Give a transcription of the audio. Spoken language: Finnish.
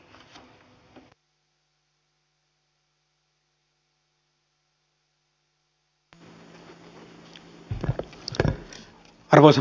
edustaja kurvinen